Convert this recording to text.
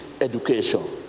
education